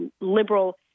liberal